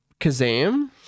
Kazam